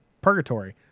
purgatory